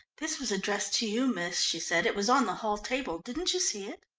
this was addressed to you, miss, she said. it was on the hall table didn't you see it?